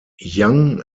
young